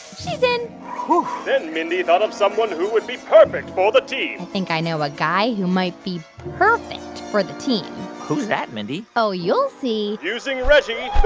she's in phew then mindy thought of someone who would be perfect for the team think i know a guy who might be perfect for the team who's that, mindy? oh, you'll see using reggie,